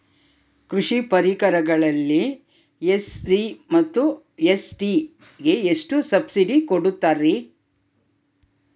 ಕೃಷಿ ಪರಿಕರಗಳಿಗೆ ಎಸ್.ಸಿ ಮತ್ತು ಎಸ್.ಟಿ ಗೆ ಎಷ್ಟು ಸಬ್ಸಿಡಿ ಕೊಡುತ್ತಾರ್ರಿ?